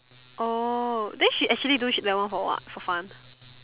oh then she actually do shit level one for what for fun